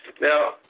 Now